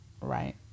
Right